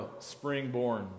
Springborn